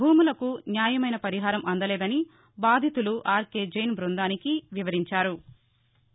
భూములకు న్యాయమైన పరిహారం అందలేదని బాదితులు ఆర్కె జైన్ బ్బందానికి వివరించారు